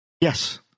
Yes